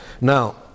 Now